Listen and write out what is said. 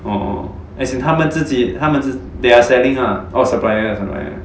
oh as in 他们自己他们是 they are selling ah oh suppliers suppliers